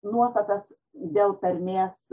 nuostatas dėl tarmės